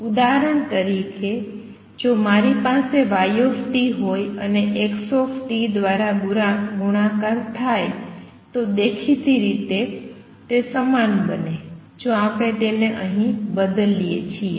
ઉદાહરણ તરીકે જો મારી પાસે y હોય અને x દ્વારા ગુણાકાર થાય તો દેખીતી રીતે તે સમાન બને જો આપણે તેને અહીં બદલીએ છીએ